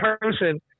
person